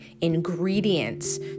ingredients